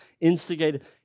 instigated